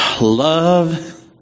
love